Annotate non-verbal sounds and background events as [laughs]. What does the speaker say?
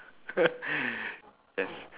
[laughs] yes